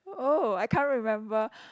oh I can't remember